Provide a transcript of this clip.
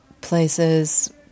places